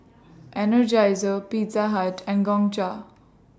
Energizer Pizza Hut and Gongcha